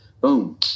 boom